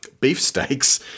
beefsteaks